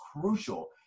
crucial